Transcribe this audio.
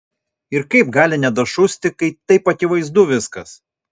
ir kaip gali nedašusti kai taip akivaizdu viskas